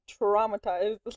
traumatized